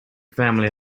family